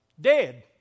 dead